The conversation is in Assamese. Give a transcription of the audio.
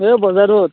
এই বজাৰত